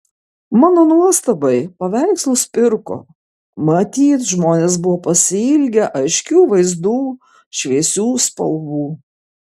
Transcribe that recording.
mano nuostabai paveikslus pirko matyt žmonės buvo pasiilgę aiškių vaizdų šviesių spalvų